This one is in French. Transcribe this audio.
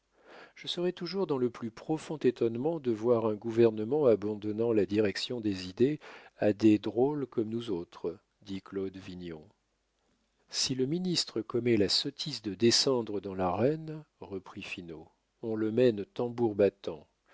je serai toujours dans le plus profond étonnement de voir un gouvernement abandonnant la direction des idées à des drôles comme nous autres dit claude vignon si le ministère commet la sottise de descendre dans l'arène reprit finot on le mène tambour